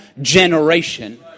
generation